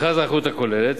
מכרז האחריות הכוללת: